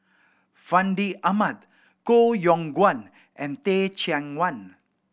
Fandi Ahmad Koh Yong Guan and Teh Cheang Wan